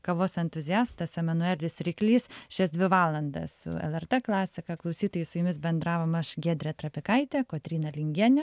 kavos entuziastas emanuelis ryklys šias dvi valandas lrt klasika klausytojai su jumis bendravom aš giedrė trapikaitė kotryna lingienė